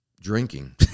drinking